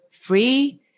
free